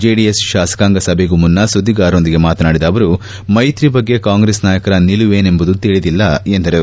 JDS ಶಾಸಕಾಂಗ ಸಭೆಗೂ ಮುನ್ನಾ ಸುದ್ದಿಗಾರರೊಂದಿಗೆ ಮಾತನಾಡಿದ ಅವರು ಮೈತ್ರಿ ಬಗ್ಗೆ ಕಾಂಗ್ರೆಸ್ ನಾಯಕರ ನಿಲುವೇನೆಂಬುದು ತಿಳಿದಿಲ್ಲ ಎಂದರು